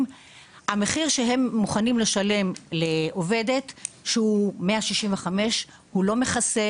המחיר שהם מוכנים לשלם לעובדת שהוא 165 הוא לא מכסה,